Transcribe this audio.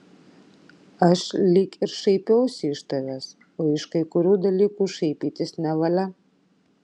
aš lyg ir šaipiausi iš tavęs o iš kai kurių dalykų šaipytis nevalia